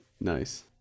Nice